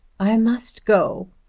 i must go,